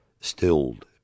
stilled